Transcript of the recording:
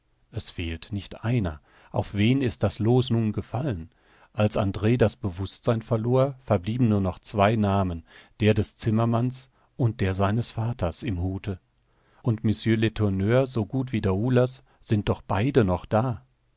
es fehlt nicht einer auf wen ist das loos nun gefallen als andr das bewußtsein verlor verblieben nur noch zwei namen der des zimmermanns und der seines vaters im hute und mr letourneur so gut wie daoulas sind doch beide noch da